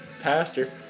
pastor